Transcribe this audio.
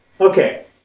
okay